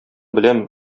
беләм